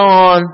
on